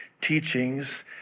teachings